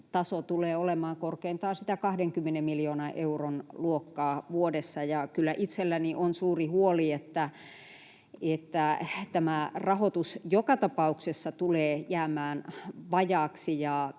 taso tulee olemaan korkeintaan sitä 20 miljoonan euron luokkaa vuodessa. Kyllä itselläni on suuri huoli, että tämä rahoitus joka tapauksessa tulee jäämään vajaaksi,